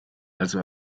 also